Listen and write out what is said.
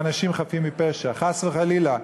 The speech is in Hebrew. באנשים חפים מפשע, חס וחלילה,